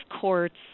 courts